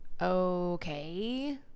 Okay